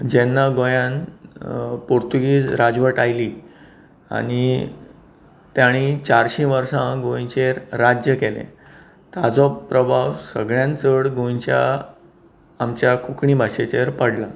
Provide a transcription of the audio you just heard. जेन्ना गोंयान पोर्तूगीज राजवट आयली आनी तांणी चारशें वर्सा गोंयचेर राज्य केले ताजो प्रभाव सगळ्यांत चड गोंयच्या आमच्या कोंकणी भाशेचेर पडला